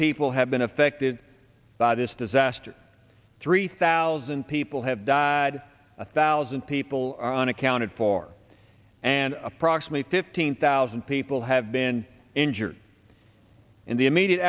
people have been affected by this disaster three thousand people have died a thousand people are unaccounted for and approximately fifteen thousand people have been injured in the